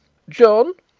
john,